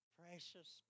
precious